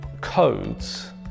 codes